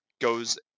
goes